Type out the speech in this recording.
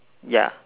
ya